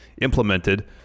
implemented